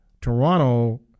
Toronto